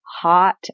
hot